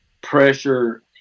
pressure